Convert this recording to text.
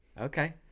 Okay